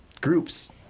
groups